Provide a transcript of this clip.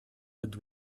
but